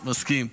מסכים.